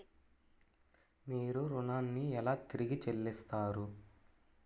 మీరు ఋణాన్ని ఎలా తిరిగి చెల్లిస్తారు?